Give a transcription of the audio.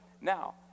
now